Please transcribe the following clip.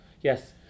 yes